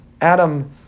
Adam